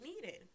needed